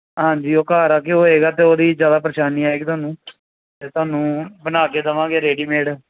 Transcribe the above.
ਹਾਂਜੀ ਉਹ ਘਰ ਆ ਕੇ ਹੋਏਗਾ ਅਤੇ ਉਹਦੀ ਜ਼ਿਆਦਾ ਪਰੇਸ਼ਾਨੀ ਆਏਗੀ ਤੁਹਾਨੂੰ ਅਤੇ ਤੁਹਾਨੂੰ ਬਣਾ ਕੇ ਦੇਵਾਂਗੇ ਰੇਡੀਮੇਡ